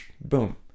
Boom